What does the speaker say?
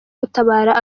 gutabara